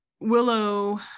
willow